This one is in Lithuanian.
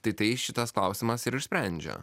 tai tai šitas klausimas ir išsprendžia